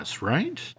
right